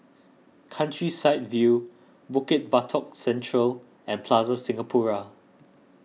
Countryside View Bukit Batok Central and Plaza Singapura